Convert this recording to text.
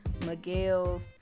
Miguel's